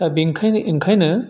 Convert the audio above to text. दा बेखायनो ओंखायनो